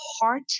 heart